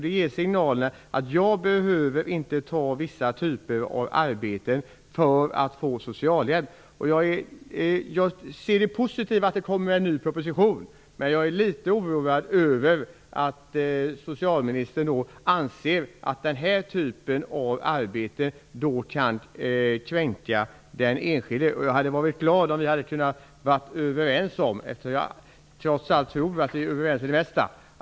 Det ger signaler om att man inte behöver ta vissa typer av arbete för att få socialhjälp. Jag tycker att det är positivt att det kommer en ny proposition. Men jag är litet orolig för att socialministern anser att den här typen av arbete kan kränka den enskilde. Jag hade varit glad om vi hade kunnat vara överens här, eftersom jag trots allt tror att vi är överens i det mesta.